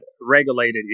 regulated